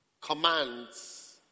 commands